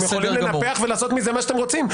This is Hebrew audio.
אתם יכולים לנפח ולעשות מזה מה שאתם רוצים.